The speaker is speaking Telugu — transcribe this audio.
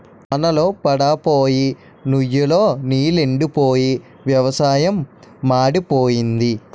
వాన్ళ్లు పడప్పోయి నుయ్ లో నీలెండిపోయి వ్యవసాయం మాడిపోయింది